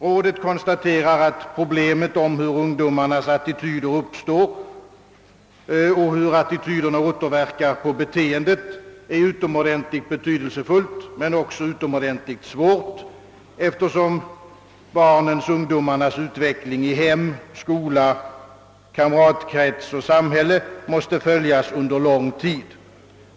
Rådet konstaterar följande: »Problemet om hur ungdomarnas attityder uppstår och hur attityderna återverkar på beteendet är naturligtvis utomordentligt betydelsefullt men också utomordentligt svårt, eftersom barnens-ungdomarnas utveckling i hem, skola, kamratkrets och samhälle måste följas under lång tid.